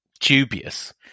dubious